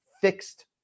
fixed